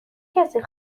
کسی